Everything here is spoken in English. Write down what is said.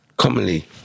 Commonly